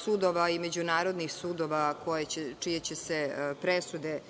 sudova i međunarodnih sudova čije će se presude